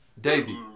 Davey